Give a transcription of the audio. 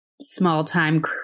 small-time